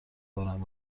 بارم